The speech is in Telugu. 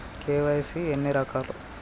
కే.వై.సీ ఎన్ని రకాలు?